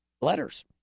letters